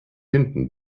hinten